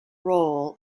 role